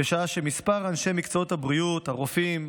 בשעה שמספר אנשי מקצועות הבריאות, הרופאים,